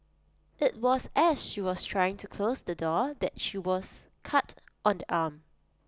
IT was as she was trying to close the door that she was cut on the arm